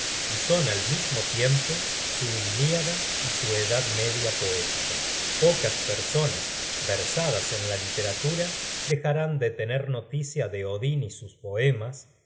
y son al mismo tiempo su ilíada y su edad media poética pocas personas versadas en la literatura dejarán de tener noticia de odin y sus poemas